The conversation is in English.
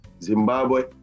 Zimbabwe